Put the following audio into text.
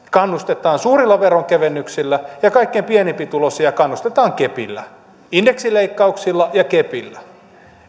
kannustetaan suurilla verokevennyksillä ja kaikkein pienituloisimpia kannustetaan kepillä indeksileikkauksilla